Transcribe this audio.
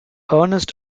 earnest